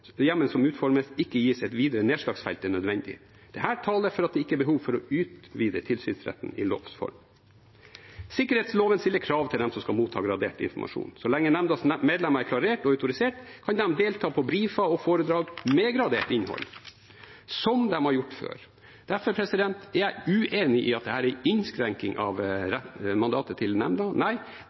ikke gis et videre nedslagsfelt enn nødvendig. Dette taler for at det ikke er behov for å utvide tilsynsretten i lovs form. Sikkerhetsloven stiller krav til dem som skal motta gradert informasjon. Så lenge nemndas medlemmer er klarert og autorisert, kan de delta på brifer og foredrag med gradert innhold – som de har gjort før. Derfor er jeg uenig i at dette er en innskrenkning av mandatet til nemnda.